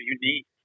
unique